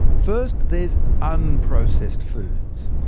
first, there's unprocessed foods.